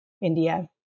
india